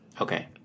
Okay